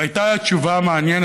והייתה תשובה מעניינת,